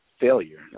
failure